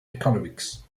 economics